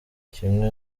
kimwe